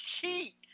cheat